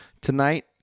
tonight